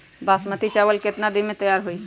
बासमती चावल केतना दिन में तयार होई?